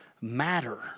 matter